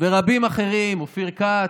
ורבים אחרים, אופיר כץ,